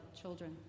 children